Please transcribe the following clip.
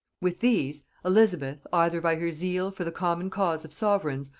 with these elizabeth, either by her zeal for the common cause of sovereigns,